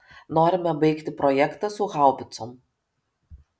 norime baigti projektą su haubicom